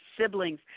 siblings